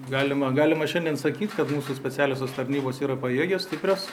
galima galima šiandien sakyt kad mūsų specialiosios tarnybos yra pajėgios stiprios